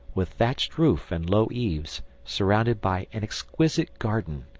with thatched roof and low eaves, surrounded by an exquisite garden,